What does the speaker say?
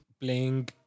Playing